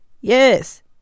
Yes